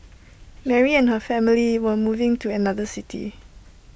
Mary and her family were moving to another city